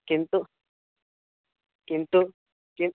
किन्तु किन्तु किन्तु